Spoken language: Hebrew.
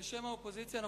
בשם האופוזיציה,